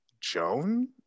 Joan